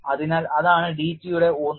അതിനാൽ അതാണ് DT യുടെ ഊന്നൽ